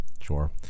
sure